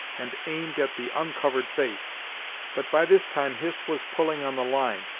and aimed at the uncovered face but by this time hist was pulling on the line,